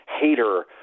hater